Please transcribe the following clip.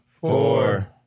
four